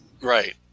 Right